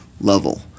level